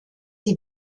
die